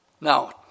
Now